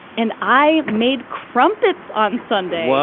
and i made crumpets on sunday.